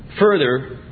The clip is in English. further